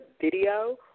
video